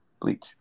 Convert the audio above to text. Bleach